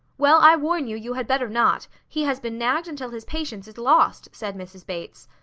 well, i warn you, you had better not! he has been nagged until his patience is lost, said mrs. bates.